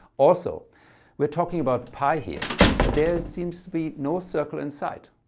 also we're talking about pi here but there seems to be no circle in sight.